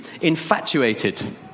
Infatuated